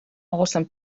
awesome